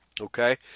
Okay